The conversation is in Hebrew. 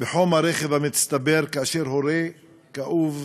בחום הרכב המצטבר, והורה כואב